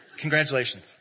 Congratulations